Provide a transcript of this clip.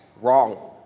Wrong